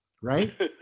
right